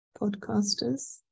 podcasters